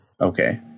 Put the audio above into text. Okay